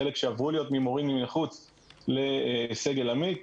חלק הפכו להיות ממורים מהחוץ לסגל עמית.